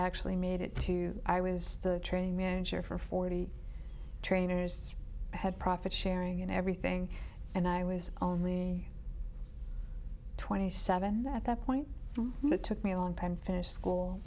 actually made it to i was the training manager for forty trainers i had profit sharing and everything and i was only twenty seven at that point it took me a long time finish school